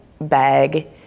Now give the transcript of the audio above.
bag